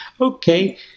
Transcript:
Okay